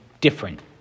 different